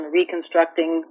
reconstructing